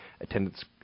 Attendance